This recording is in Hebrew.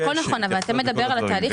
הכול נכון, אבל אתה מדבר על התהליך.